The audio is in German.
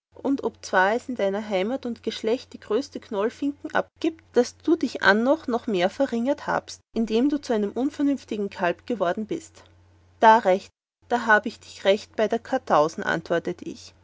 und obzwar es in deiner heimat und geschlecht die größte knollfinken abgibt daß du dich annoch noch mehr verringert habest indem du zu einem unvernünftigen kalb worden bist da recht da hab ich dich recht bei der karthausen antwortete ich